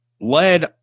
led